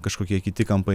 kažkokie kiti kampai